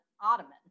ottoman